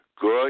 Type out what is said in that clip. Good